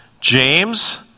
James